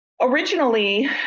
originally